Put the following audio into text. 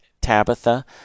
Tabitha